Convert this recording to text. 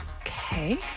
Okay